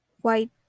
white